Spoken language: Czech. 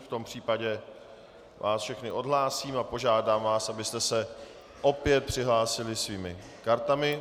V tom případě vás všechny odhlásím a požádám vás, abyste se opět přihlásili svými kartami.